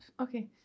Okay